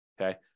Okay